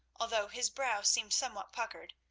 although his brow seemed somewhat puckered,